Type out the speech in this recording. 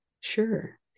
Sure